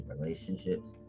relationships